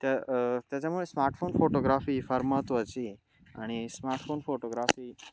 त्या त्याच्यामुळे smartphone photography फार महत्त्वाची आहे आणि स्मार्टफोन फोटोग्राफी